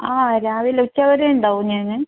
ആ രാവിലെ ഉച്ച വരെയുണ്ടാവും ഞാൻ